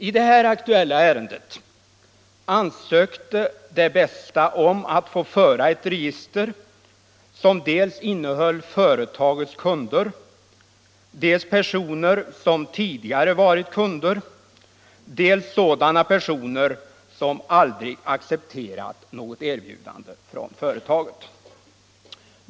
I det här aktuella ärendet ansökte Det Bästa om att få föra ett register som innehöll dels företagets kunder, dels personer som tidigare varit kunder, dels ock sådana personer som aldrig accepterat något erbjudande från företaget.